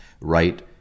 right